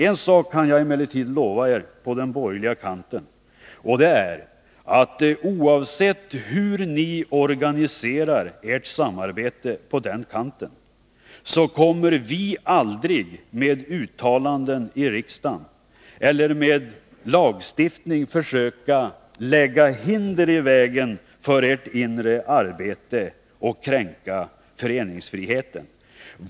En sak kan jag emellertid lova er på den borgerliga kanten: Oavsett hur ni organiserar ert samarbete på den kanten, kommer vi aldrig med uttalanden i riksdagen eller med lagstiftning försöka lägga hinder i vägen för ert inre arbete och kränka föreningsfriheten.